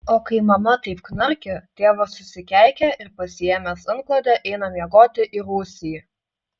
o kai mama taip knarkia tėvas susikeikia ir pasiėmęs antklodę eina miegoti į rūsį